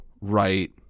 right